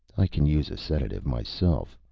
i can use a sedative myself.